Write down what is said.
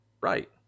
Right